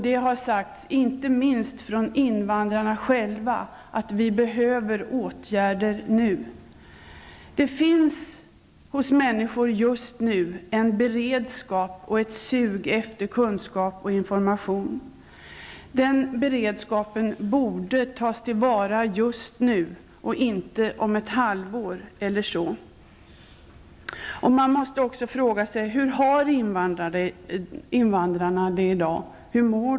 Det har sagts inte minst från invandrarna själva att det behövs åtgärder nu. Det finns hos människor just nu en beredskap och ett sug efter kunskap och information. Den beredskapen borde tas till vara just nu och inte om t.ex. ett halvår. Man måste också fråga sig hur invandrarna har det i dag och hur de mår.